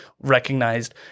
recognized